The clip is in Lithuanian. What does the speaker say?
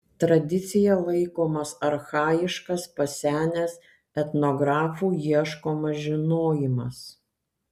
tradicija laikomas archajiškas pasenęs etnografų ieškomas žinojimas